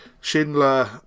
Schindler